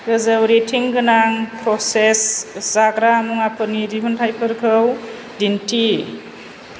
गोजौ रेटिंगोनां प्रसेस जाग्रा मुवाफोरनि दिहुन्थाइफोरखौ दिन्थि